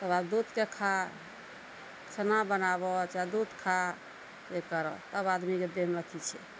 ओकर बाद दूध के खा छै छेना बनाबऽ चाहे दूध खा जे करऽ तब आदमीके देहमे अथी छै